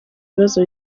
ibibazo